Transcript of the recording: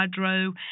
hydro